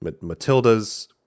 Matilda's